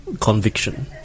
Conviction